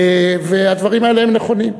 והדברים האלה הם נכונים.